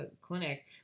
clinic